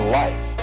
life